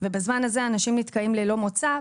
ובזמן הזה אנשים נתקעים ללא מוצא,